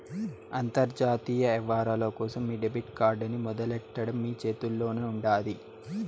అంతర్జాతీయ యవ్వారాల కోసం మీ డెబిట్ కార్డ్ ని మొదలెట్టడం మీ చేతుల్లోనే ఉండాది